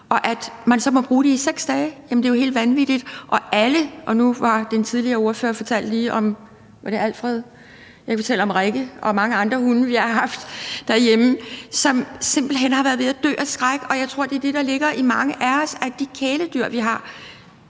når man så må bruge det i 6 dage? Jamen det er jo helt vanvittigt. Nu fortalte den tidligere ordfører lige om – var det Alfred? Jeg kan fortælle om Rikke og mange andre hunde, vi har haft derhjemme, som simpelt hen har været ved at dø af skræk. Og jeg tror, det er det, der ligger i mange af os, nemlig at med de kæledyr, vi har,